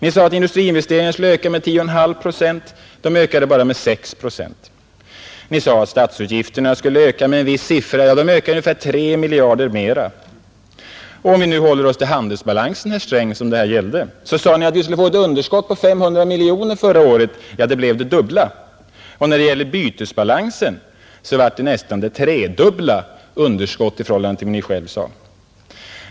Ni sade att industriinvesteringarna skulle öka med 10,5 procent. De ökade bara med 6 procent. Ni sade att statsutgifterna skulle öka med en viss siffra. Ja, de ökade ungefär 3 miljarder mera. Och om vi nu håller oss till handelsbalansen, herr Sträng, som det här gällde, så sade Ni att vi skulle få ett underskott på 500 miljoner förra året. Ja, det blev det dubbla. Och när det gäller bytesbalansen, så blev det nästan det tredubbla underskottet i förhållande till vad Ni själv sade.